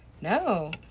No